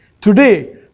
Today